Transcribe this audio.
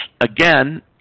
Again